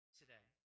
today